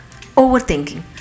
overthinking